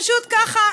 פשוט ככה.